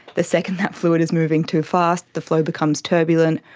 the second that fluid is moving too fast, the flow becomes turbulent,